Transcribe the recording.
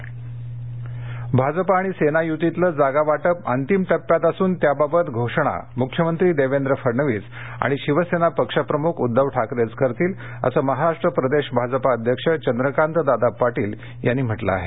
भाजपा भाजपा आणि सेना युतीतलं जागा वाटप अंतिम टप्प्यात असून त्याबाबत घोषणा मुख्यमंत्री देवेंद्र फडणविस आणि शिवसेना पक्षप्रमुख उद्दव ठाकरेच करतील असं महाराष्ट्र प्रदेश भाजपा अध्यक्ष चंद्रकांतदादा पाटील यांनी म्हटलं आहे